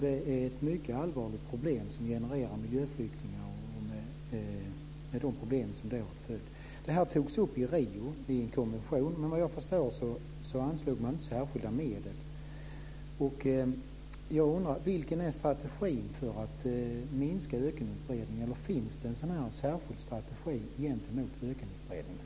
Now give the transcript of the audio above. Det är ett mycket allvarligt problem som generar miljöflyktingar, med de problem som det ger till följd. Frågan togs upp i en konvention i Rio. Men vad jag förstår anslogs inte särskilda medel. Vilken är strategin för att minska ökenutbredningen? Finns det en särskild strategi gentemot ökenutbredningen?